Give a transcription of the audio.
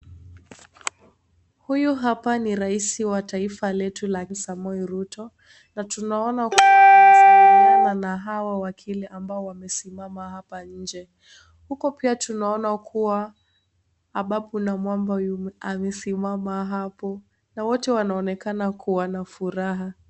Huyu hapa ni raisi wa taifa letu la Kenya Samoei Ruto. Na tunaona kuwa wanasalimiana na hawa wakili ambao wamesimama hapa nje. Huko pia tunaona kuwa Ababu Namwamba amesimama hapo. Na wote wanaonekana kuwa na furaha.